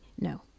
no